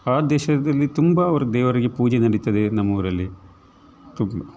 ಆ ದೇಶದಲ್ಲಿ ತುಂಬಾ ಅವ್ರ ದೇವರಿಗೆ ಪೂಜೆ ನಡಿತದೆ ನಮ್ಮ ಊರಲ್ಲಿ ತುಂಬ